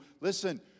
listen